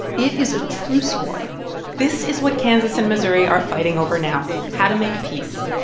it is a truce war this is what kansas and missouri are fighting over now how to make peace